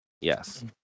Yes